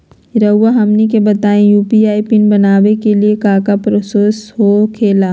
रहुआ हमनी के बताएं यू.पी.आई पिन बनाने में काका प्रोसेस हो खेला?